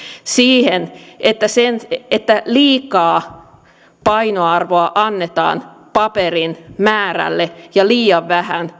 siihen että liikaa painoarvoa annetaan paperin määrälle ja liian vähän